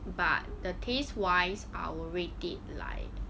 but the taste wise I will rate it like